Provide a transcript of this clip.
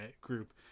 group